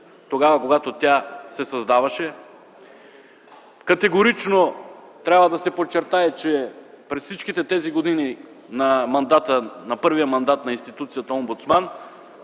тогава, когато тя се създаваше. Категорично трябва да се подчертае, че през всичките тези години на първия мандат на институцията омбудсман